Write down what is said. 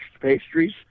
pastries